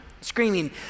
screaming